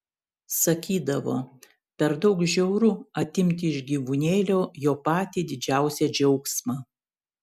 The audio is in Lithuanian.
sakydavo per daug žiauru atimti iš gyvūnėlio jo patį didžiausią džiaugsmą